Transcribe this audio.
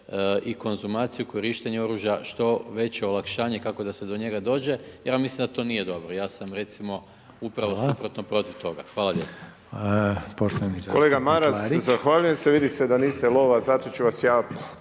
i konzumaciju korištenje oružja, što veće olakšanje kako da se do njega dođe. Ja mislim da to nije dobro, ja sam recimo upravo, suprotno, protiv toga. Hvala lijepo.